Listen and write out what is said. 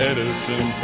Edison